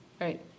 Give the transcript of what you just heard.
Right